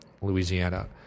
Louisiana